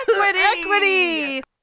Equity